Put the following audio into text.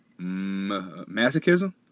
masochism